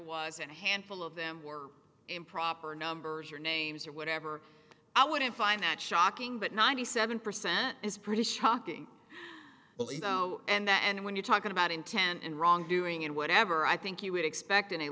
was and a handful of them were improper numbers or names or whatever i wouldn't find that shocking but ninety seven percent is pretty shocking well you know and when you're talking about intent and wrongdoing and whatever i think you would expect